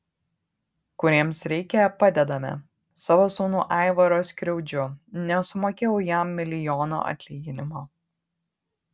kuriems reikia padedame savo sūnų aivarą skriaudžiu nesumokėjau jam milijono atlyginimo